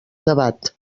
debat